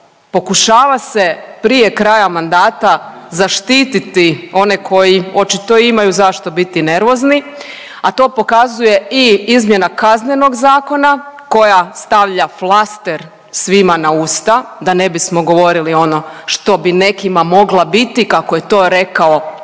Pokušava se prije kraja mandata zaštititi one koji očito imaju zašto biti nervozni, a to pokazuje i izmjena Kaznenog zakona koja stavlja flaster svima na usta da ne bismo govorili ono što bi nekima mogla biti, kako je to rekao